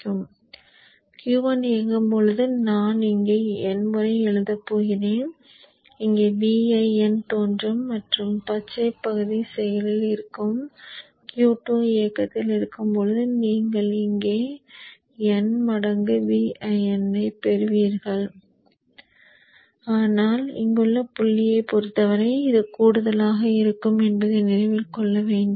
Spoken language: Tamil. எனவே Q1 இயங்கும் போது நான் இங்கே n முறை எழுதப் போகிறேன் இங்கே Vin தோன்றும் மற்றும் பச்சை பகுதி செயலில் இருக்கும் Q2 இயக்கத்தில் இருக்கும் போது நீங்கள் இங்கே n மடங்கு Vinஐ பெறுவீர்கள் ஆனால் இங்குள்ள புள்ளியைப் பொறுத்தவரை இது கூடுதலாக இருக்கும் என்பதை நினைவில் கொள்ள வேண்டும்